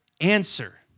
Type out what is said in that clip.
answer